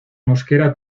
mosquera